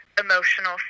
emotional